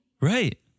Right